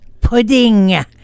Pudding